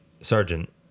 Sergeant